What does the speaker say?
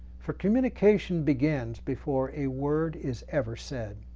for communication begins before a word is ever said.